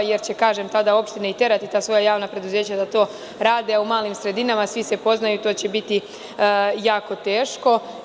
Tada će, kažem, opštine i terati ta svoja javna preduzeća da to rade, a u malim sredinama svi se poznaju i to će biti jako teško.